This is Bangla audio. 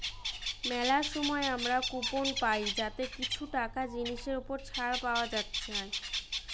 মেলা সময় আমরা কুপন পাই যাতে কিছু টাকা জিনিসের ওপর ছাড় পাওয়া যাতিছে